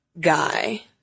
guy